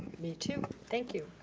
me too. thank you.